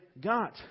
got